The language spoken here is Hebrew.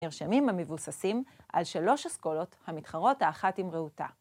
נרשמים המבוססים על שלוש אסכולות המתחרות האחת עם רעותה.